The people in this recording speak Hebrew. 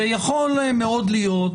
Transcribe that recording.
יכול מאוד להיות,